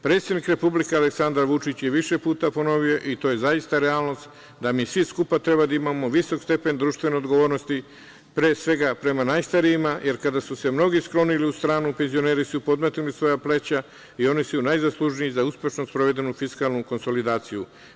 Predsednik Republike Aleksandar Vučić je više puta ponovio, i to je zaista realnost, da mi svi skupa treba da imamo visok stepen društvene odgovornosti, pre svega prema najstarijima, jer kada su se mnogi sklonili u stranu, penzioneri su podmetnuli svoja pleća i oni su najzaslužniji za uspešno sprovedenu fiskalnu konsolidaciju.